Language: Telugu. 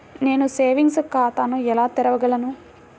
నేను సేవింగ్స్ ఖాతాను ఎలా తెరవగలను?